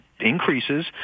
increases